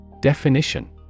Definition